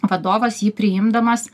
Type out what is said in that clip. vadovas jį priimdamas